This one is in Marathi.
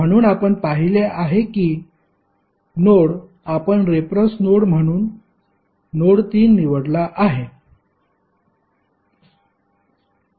म्हणून आपण पाहिले आहे की नोड आपण रेफरन्स नोड म्हणून नोड 3 निवडला आहे